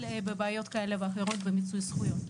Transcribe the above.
בבעיות כאלה ואחרות במיצוי זכויות.